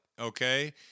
okay